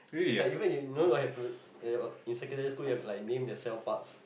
like even you no no like to like you have to in secondary school you have to name the cell parts